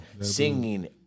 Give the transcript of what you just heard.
singing